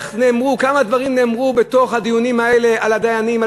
כמה דברים נאמרו בדיונים האלה על הדיינים,